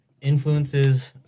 influences